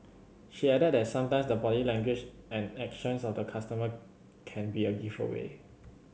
she added that sometime the body language and actions of the customer can be a giveaway